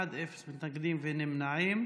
בעד, שלושה, אין מתנגדים, אין נמנעים.